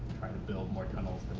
trying to build more tunnels